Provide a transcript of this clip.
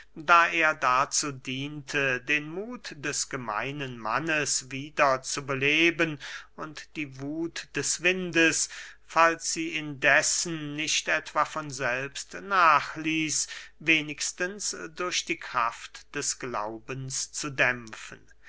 da er dazu diente den muth des gemeinen mannes wieder zu beleben und die wuth des windes falls sie indessen nicht etwa von selbst nachließ wenigstens durch die kraft des glaubens zu dämpfen